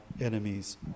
enemies